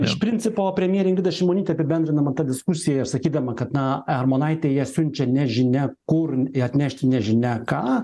iš principo premjerė ingrida šimonytė apibendrinama tą diskusiją ir sakydama kad na armonaitė ją siunčia nežinia kur atnešti nežinia ką